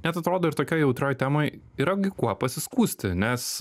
net atrodo ir tokioj jautrioj temoj yra gi kuo pasiskųsti nes